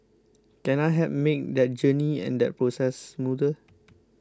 can I help make that journey and that process smoother